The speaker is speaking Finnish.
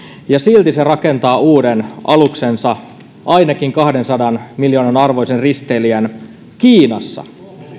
ja silti se rakentaa uuden aluksensa ainakin kahdensadan miljoonan arvoisen risteilijän kiinassa